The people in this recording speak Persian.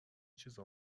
چیزا